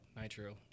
nitro